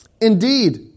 Indeed